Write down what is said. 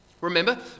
remember